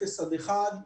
0 1,